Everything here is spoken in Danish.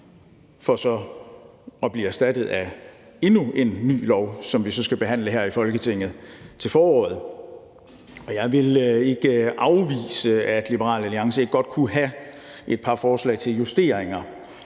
for så at blive erstattet af endnu en ny lov, som vi så skal behandle her i Folketinget til foråret, og jeg vil ikke afvise, at Liberal Alliance godt kunne have et par forslag til justeringer